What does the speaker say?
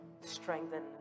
strengthen